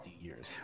years